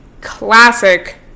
classic